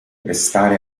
restare